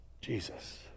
Jesus